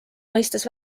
mõistes